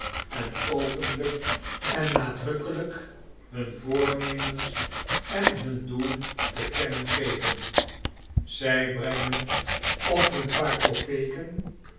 en openlijk en nadrukkelijk hun voornemens en hun doel te kennen geven zij brengen of hun paar